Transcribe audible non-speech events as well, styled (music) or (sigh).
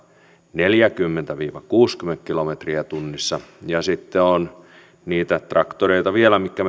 neljäkymmentä viiva kuusikymmentä kilometriä tunnissa ja sitten on vielä niitä traktoreita mitkä (unintelligible)